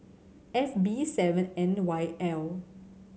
F B seven N Y L